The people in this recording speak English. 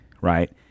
Right